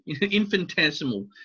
infinitesimal